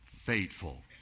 fateful